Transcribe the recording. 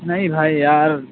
نہیں بھائی یار